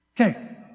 Okay